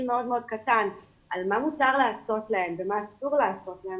מאוד קטן על מה מותר לעשות להם ומה אסור לעשות להם,